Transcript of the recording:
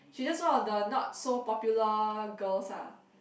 she just one of the not so popular girls ah